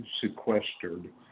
sequestered